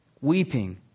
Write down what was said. weeping